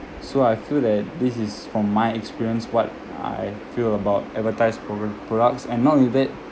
so I feel that this is from my experience what I feel about advertised pro~ products and not with it